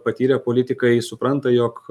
patyrę politikai supranta jog